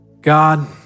God